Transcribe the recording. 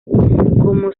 como